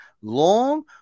long